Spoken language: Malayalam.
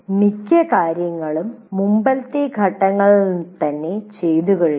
മിക്ക കാര്യങ്ങളും മുമ്പത്തെ ഘട്ടങ്ങളിൽ തന്നെ ചെയ്തു കഴിഞ്ഞു